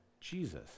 Jesus